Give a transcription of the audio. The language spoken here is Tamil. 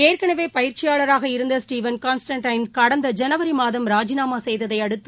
ஏற்கனவே பயிற்சியாளராக இருந்த ஸ்டீவன் கான்ஸ்டன்டைன் கடந்த ஜனவரி மாதம் ராஜிநாமா செய்ததை அடுத்து